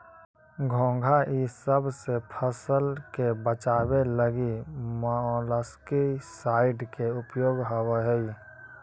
घोंघा इसब से फसल के बचावे लगी मोलस्कीसाइड के उपयोग होवऽ हई